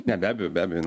ne be abejo be abejo jin